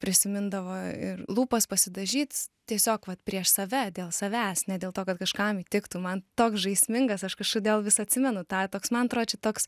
prisimindavo ir lūpas pasidažyt tiesiog vat prieš save dėl savęs ne dėl to kad kažkam įtiktų man toks žaismingas aš kažkodėl vis atsimenu tą toks man atrodo čia toks